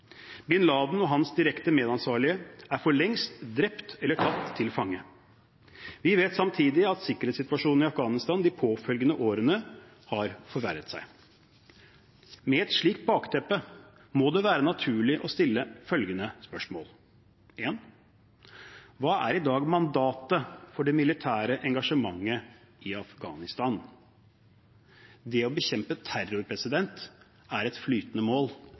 Bin Laden og hans direkte medansvarlige er for lengst drept eller tatt til fange. Vi vet samtidig at sikkerhetssituasjonen i Afghanistan de påfølgende årene har forverret seg. Med et slikt bakteppe må det være naturlig å stille følgende fire spørsmål. For det første: Hva er i dag mandatet for det militære engasjementet i Afghanistan? Det å bekjempe terror er et flytende mål,